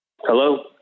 hello